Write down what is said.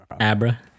Abra